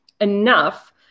enough